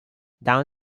down